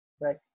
Right